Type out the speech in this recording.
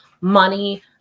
money